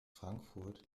frankfurt